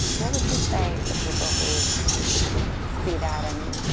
what would you say for people who see that and